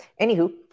Anywho